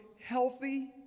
healthy